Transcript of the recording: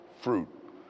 fruit